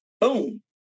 boom